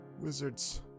wizards